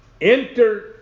Enter